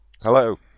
Hello